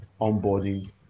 onboarding